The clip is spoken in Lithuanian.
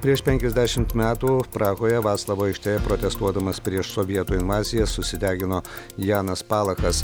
prieš penkiasdešimt metų prahoje vaclavo aikštėje protestuodamas prieš sovietų invaziją susidegino janas palachas